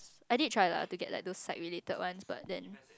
I did try lah to get like those psych related ones but then